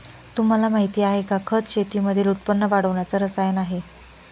तुम्हाला माहिती आहे का? खत शेतीमधील उत्पन्न वाढवण्याच रसायन आहे